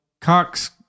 Cox